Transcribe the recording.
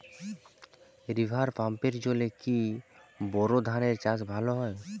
River পাম্পের জলে কি বোর ধানের চাষ ভালো হয়?